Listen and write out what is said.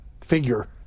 figure